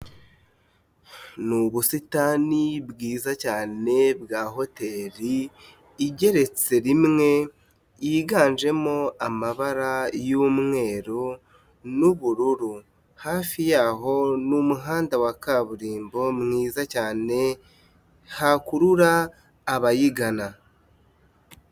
Ni ubusitani bwiza cyane bwa hoteri igeretse rimwe yiganjemo amabara y'umweru n'ubururu, hafi yaho ni umuhanda wa kaburimbo mwiza cyane hakurura abayigana.